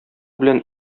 белән